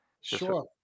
Sure